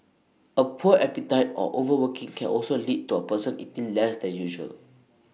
A poor appetite or overworking can also lead to A person eating less than usual